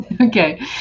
okay